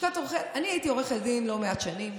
אני הייתי עורכת דין לא מעט שנים,